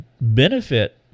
benefit